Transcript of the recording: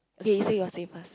okay you say your say first